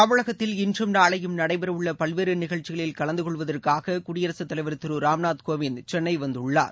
தமிழகத்தில் இன்றம் நாளையும் நடைபெறஉள்ளபல்வேறுநிகழ்ச்சிகளில் கலந்த கொள்வதற்காககுடியரசுத் கலைவர் திருராம்நாத் கோவிந்த் சென்னைவந்துள்ளார்